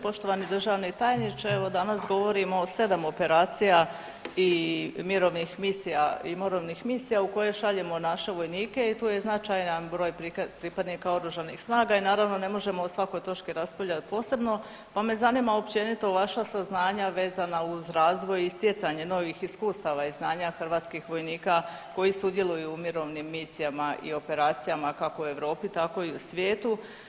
Poštovani državni tajniče, evo danas govorimo o 7 operacija i mirovnih misija i morovnih misija u koje šaljemo naše vojnike i tu je značajan broj pripadnika Oružanih snaga i naravno ne možemo o svakoj točki raspravljati posebno, pa me zanima općenito vaša saznanja vezana uz razvoj i stjecanje novih iskustava i znanja hrvatskih vojnika koji sudjeluju u mirovnim misijama i operacijama kako u Europi tako i u svijetu.